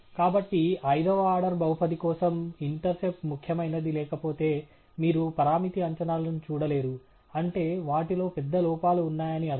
కాబట్టి ఐదవ ఆర్డర్ బహుపది కోసం ఇంటర్సెప్ట్ ముఖ్యమైనది లేకపోతే మీరు పరామితి అంచనాలను చూడలేరు అంటే వాటిలో పెద్ద లోపాలు ఉన్నాయని అర్థం